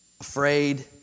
Afraid